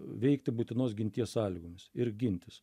veikti būtinos ginties sąlygomis ir gintis